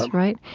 right?